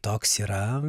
toks yra